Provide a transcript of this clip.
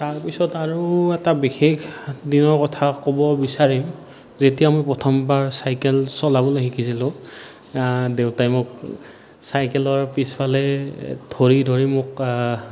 তাৰপিছত আৰু এটা বিশেষ দিনৰ কথা ক'ব বিচাৰিম যেতিয়া মই প্ৰথমবাৰ চাইকেল চলাবলৈ শিকিছিলোঁ দেউতাই মোক চাইকেলৰ পিছফালে ধৰি ধৰি মোক